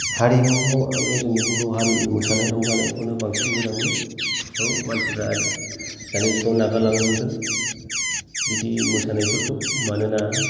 हारिमुखौ आङो जोंनि बर' हारिमु मोसानाय रंजानायखौनो बांसिन मोजां मोनो बेखौ मानसिफ्रा दानि जुगाव नागारलांनो हमदों बिदि मोसानायफोरखौ मानोना